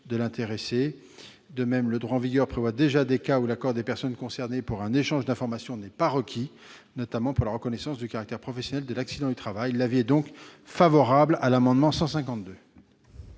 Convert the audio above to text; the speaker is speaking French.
intéressée. De même, le droit en vigueur prévoit déjà des cas où l'accord des personnes concernées par un échange d'informations n'est pas requis, notamment pour la reconnaissance du caractère professionnel d'un accident du travail. La commission émet donc un avis favorable sur cet amendement.